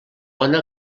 bona